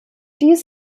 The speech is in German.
dies